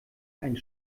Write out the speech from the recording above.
einen